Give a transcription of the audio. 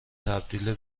تبدیل